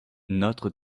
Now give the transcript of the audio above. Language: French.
notre